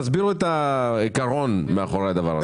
תסבירו את העיקרון שעומד מאחורי הדבר הזה.